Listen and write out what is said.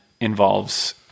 involves